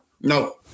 No